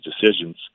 decisions